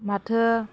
माथो